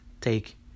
take